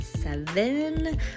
seven